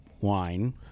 wine